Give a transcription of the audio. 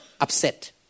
upset